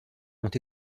ont